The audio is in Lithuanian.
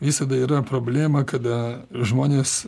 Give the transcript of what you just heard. visada yra problema kada žmonės